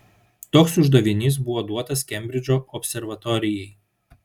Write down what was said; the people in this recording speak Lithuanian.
toks uždavinys buvo duotas kembridžo observatorijai